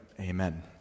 amen